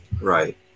Right